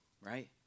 right